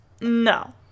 no